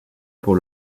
pour